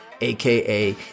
aka